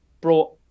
brought